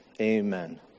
Amen